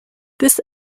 this